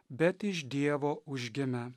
bet iš dievo užgimę